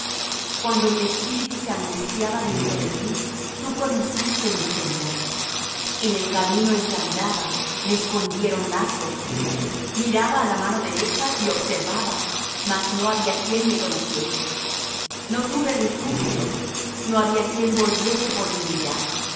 cuando mi espíritu se angustiaba dentro de mí tú conociste mi senda en el camino en que andaba me escondieron lazo miraba á la mano derecha y observaba mas no había quien me conociese no tuve refugio no había quien volviese por mi vida